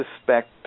suspect